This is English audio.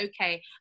okay